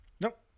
Nope